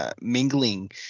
mingling